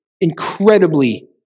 incredibly